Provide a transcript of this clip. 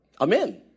Amen